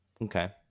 Okay